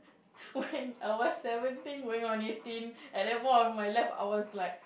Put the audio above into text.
why our seventeen going on eighteen and they put on my love I was like